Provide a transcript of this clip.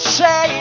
say